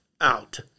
out